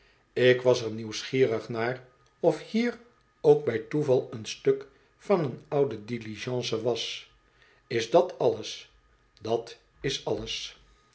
ik was er nieuwsgierig naar of hier ook bij toeval een stuk van een oude diligence was is dat alles dat is alles